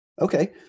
okay